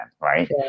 right